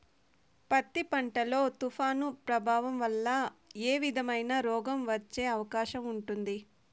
పత్తి పంట లో, తుఫాను ప్రభావం వల్ల ఏ విధమైన రోగం వచ్చే అవకాశం ఉంటుంది?